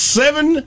seven